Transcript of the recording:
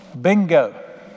Bingo